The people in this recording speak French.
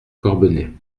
corbenay